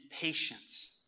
patience